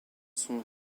sont